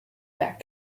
back